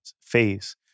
phase